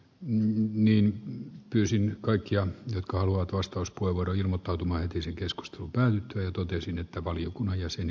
minä pyysin kaikkia jotka haluavat vastauspuheenvuoroja mutta oma äitisi keskustelun päätyttyä totesin että valiokunnan jäsen